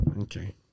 Okay